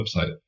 website